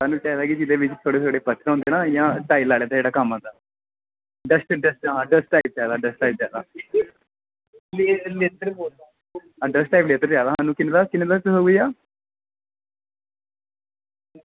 ते थोह्ड़े थोह्ड़े इंया होंदे ना होंदा टाईल दा पेदा आं डस्ट डस्ट डस्ट आह्ला में इद्धर देआ दा हा एह् किन्ने भैया